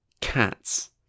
Cats